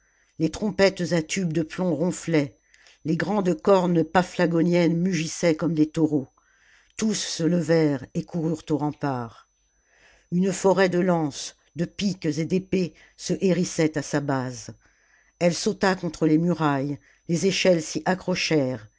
les trompettes à tube de plomb ronflaient les grandes cornes paphiagoniennes mugissaient comme des taureaux tous se levèrent et coururent au rempart une forêt de lances de piques etd'épées se hérissait à sa base elle sauta contre les murailles les échelles s'y accrochèrent